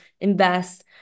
invest